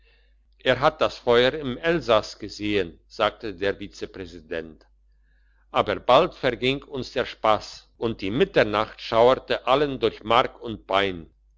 er hat das feuer im elsass gesehen sagte der vizepräsident aber bald verging uns der spass und die mitternacht schauerte allen durch mark und bein